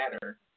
better